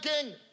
king